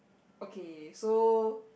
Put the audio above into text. okay so